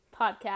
podcast